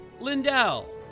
Lindell